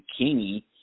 bikini